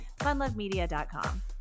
Funlovemedia.com